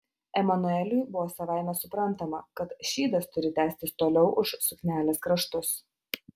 emanueliui buvo savaime suprantama kad šydas turi tęstis toliau už suknelės kraštus